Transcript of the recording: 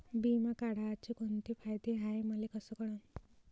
बिमा काढाचे कोंते फायदे हाय मले कस कळन?